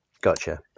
Gotcha